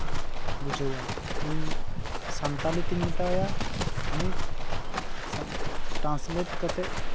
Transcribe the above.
ᱵᱩᱡᱷᱟᱹᱣᱟ ᱤᱧ ᱥᱟᱱᱛᱟᱲᱤ ᱛᱮᱧ ᱢᱮᱛᱟᱣ ᱟᱭᱟ ᱩᱱᱤ ᱴᱨᱟᱥᱞᱮᱴ ᱠᱟᱛᱮᱫ